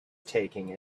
taking